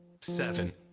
seven